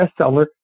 bestseller